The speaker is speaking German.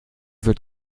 wird